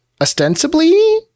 ostensibly